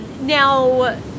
Now